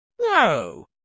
No